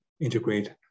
integrate